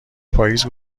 پاییز